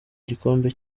gikombe